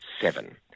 seven